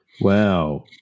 Wow